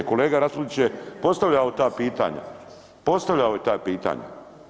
Kolega Raspudić je postavljao ta pitanja, postavljao je ta pitanja.